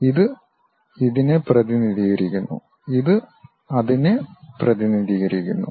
ഇത് ഇതിനെ പ്രതിനിധീകരിക്കുന്നു ഇത് അതിനെ പ്രതിനിധീകരിക്കുന്നു